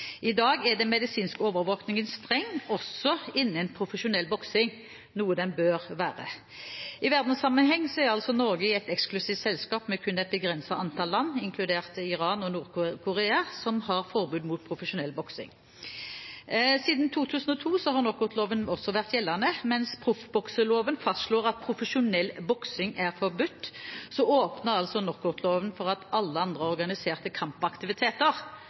I dag er den medisinske overvåkingen streng, også innenfor profesjonell boksing, noe den bør være. I verdenssammenheng er Norge i et eksklusivt selskap med kun et begrenset antall land, inkludert Iran og Nord-Korea, som har forbud mot profesjonell boksing. Siden 2002 har knockoutloven vært gjeldende. Mens proffbokseloven fastslår at profesjonell boksing er forbudt, åpner knockoutloven for at alle andre organiserte kampaktiviteter